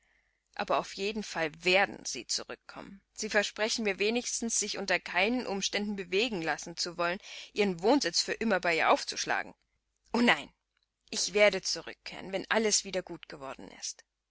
aber auf jeden fall werden sie zurückkommen sie versprechen mir wenigstens sich unter keinen umständen bewegen lassen zu wollen ihren wohnsitz für immer bei ihr aufzuschlagen o nein ich werde zurückkehren wenn alles wieder gut geworden ist